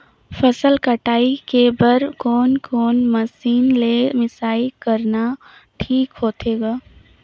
फसल कटाई के बाद कोने कोने मशीन ले मिसाई करना ठीक होथे ग?